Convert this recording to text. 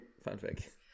fanfic